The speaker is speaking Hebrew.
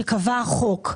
שקבע החוק.